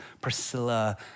Priscilla